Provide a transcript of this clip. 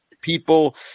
people